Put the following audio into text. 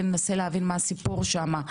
וננסה לראות מה הסיפור שם,